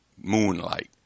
Moonlight